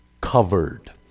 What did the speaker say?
covered